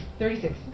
thirty-six